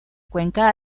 cuenca